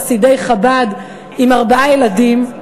חסידי חב"ד עם ארבעה ילדים.